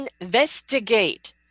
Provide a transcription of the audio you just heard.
investigate